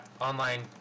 online